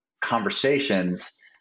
conversations